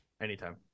anytime